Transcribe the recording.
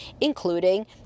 including